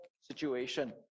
situation